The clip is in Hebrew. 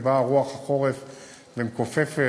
ובאה רוח החורף ומכופפת.